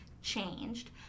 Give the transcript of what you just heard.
changed